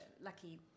Lucky